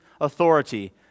authority